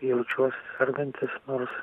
jaučiuos sergantis nors